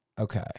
Okay